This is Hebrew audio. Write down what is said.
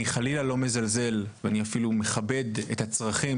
אני חלילה לא מזלזל ואני אפילו מכבד את הצרכים